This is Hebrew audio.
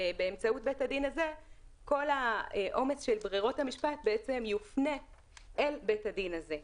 באמצעות בית הדין הזה כל העומס של ברירות המשפט יופנה אל בית הדין הזה.